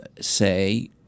say